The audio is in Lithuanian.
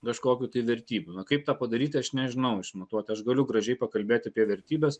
kažkokių tai vertybių kaip tą padaryti aš nežinau išmatuot aš galiu gražiai pakalbėt apie vertybes